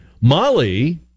Molly